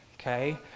okay